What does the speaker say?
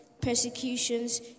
persecutions